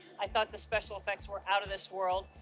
i thought the special effects were out of this world.